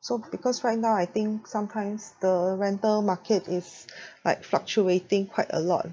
so because right now I think sometimes the rental market is like fluctuating quite a lot